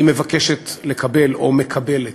היא מבקשת לקבל או מקבלת.